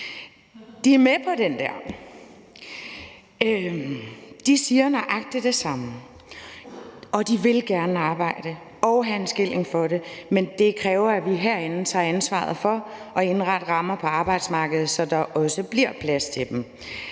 De er med på den der; de siger nøjagtig det samme. De vil gerne arbejde og have en skilling for det, men det kræver, at vi herinde tager ansvaret for at indrette rammerne for arbejdsmarkedet, så der også bliver plads til dem.